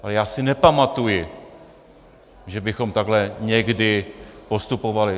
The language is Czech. Ale já si nepamatuji, že bychom takhle někdy postupovali.